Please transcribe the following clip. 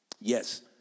Yes